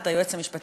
גם לא את הכנסת,